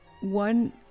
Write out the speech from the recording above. one